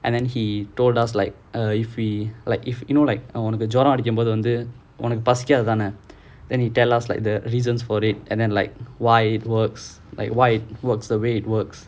and then he told us like err if we like if you know like உனக்கு ஜுரம் அடிக்கும்போது பசிக்காது தான:unnakku juram adikkumpothu pacikathu thaana then he tell us like the reasons for it and then like why it works like why it works the way it works